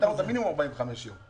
שהמינימום הוא 45 יום.